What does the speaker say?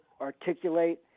articulate